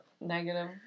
negative